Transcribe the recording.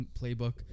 playbook